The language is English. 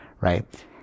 Right